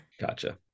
Gotcha